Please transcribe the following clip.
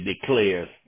declares